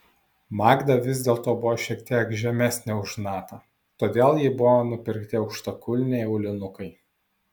magda vis dėlto buvo šiek tiek žemesnė už natą todėl jai buvo nupirkti aukštakulniai aulinukai